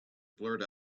blurt